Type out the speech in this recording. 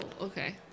Okay